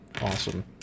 Awesome